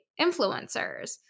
influencers